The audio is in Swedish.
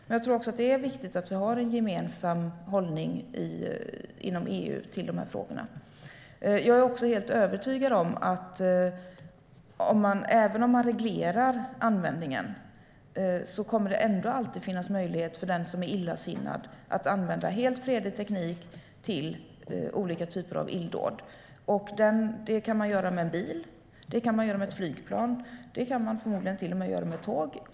Men jag tror att det är viktigt att vi har en gemensam hållning inom EU när det gäller de här frågorna. Även om man reglerar användningen kommer det alltid att finnas möjlighet för den som är illasinnad att använda helt fredlig teknik till olika typer av illdåd. Det kan vara en bil, ett flygplan eller kanske till och med ett tåg.